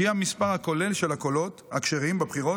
שהיא המספר הכולל של הקולות הכשרים בבחירות